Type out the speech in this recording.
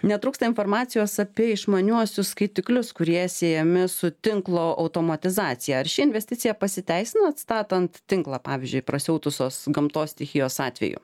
netrūksta informacijos apie išmaniuosius skaitiklius kurie siejami su tinklo automatizacija ar ši investicija pasiteisino atstatant tinklą pavyzdžiui prasiautusios gamtos stichijos atveju